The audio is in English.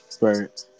right